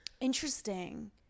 Interesting